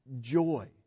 joy